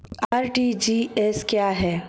RTGS क्या है?